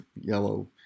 yellow